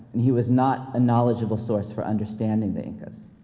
and he was not a knowledgeable source for understanding the incas.